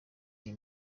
iyi